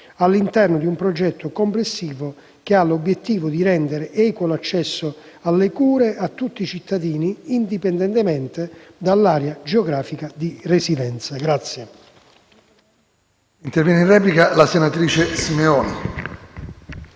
all'interno di un progetto complessivo che ha l'obiettivo di rendere equo l'accesso alla cure a tutti i cittadini, indipendentemente dall'area geografica di residenza.